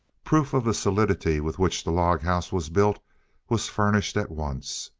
proof of the solidity with which the log house was built was furnished at once.